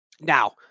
Now